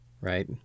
right